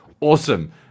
awesome